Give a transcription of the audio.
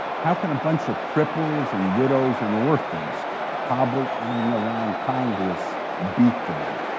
how can a bunch of cripples and widows and orphans hobbling like around congress beat them?